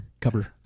cover